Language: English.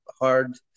hard